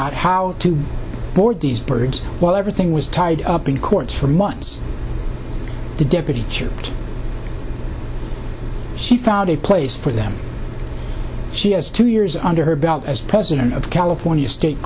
out how to board these birds while everything was tied up in courts for months the deputy she found a place for them she has two years under her belt as president of the california state